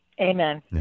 Amen